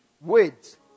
words